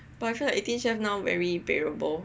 but I feel like eighteen chef now very variable